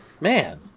Man